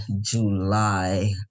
July